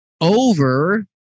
over